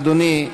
אדוני,